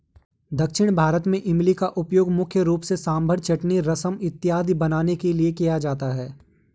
दक्षिण भारत में इमली का उपयोग मुख्य रूप से सांभर चटनी रसम इत्यादि बनाने के लिए किया जाता है